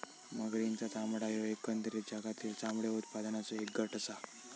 मगरींचा चामडा ह्यो एकंदरीत जगातील चामडे उत्पादनाचों एक गट आसा